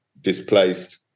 displaced